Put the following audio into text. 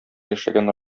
яшәгән